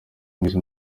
bimeze